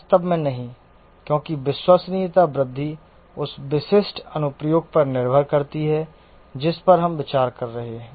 वास्तव में नहीं क्योंकि विश्वसनीयता वृद्धि उस विशिष्ट अनुप्रयोग पर निर्भर करती है जिस पर हम विचार कर रहे हैं